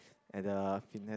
at the fitness